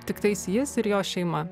tiktais jis ir jo šeima